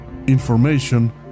Information